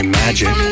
magic